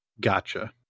gotcha